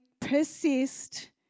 persist